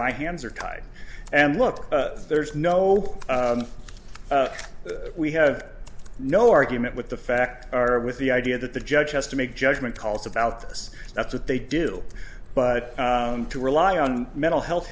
my hands are tied and look there's no we have no argument with the fact or with the idea that the judge has to make judgment calls about this stuff that they do but to rely on mental health